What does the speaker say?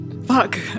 Fuck